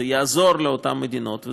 זה יעזור לאותן מדינות אחרות,